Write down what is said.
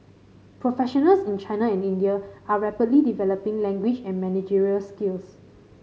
professionals in China and India are rapidly developing language and managerial skills